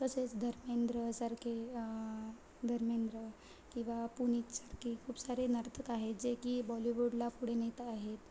तसेच धर्मेंद्र सारखे धर्मेंद्र किंवा पुनीतसारखे खूप सारे नर्तक आहेत जे की बॉलीवूडला पुढे नेत आहेत